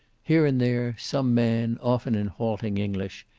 here and there some man, often in halting english,